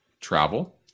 travel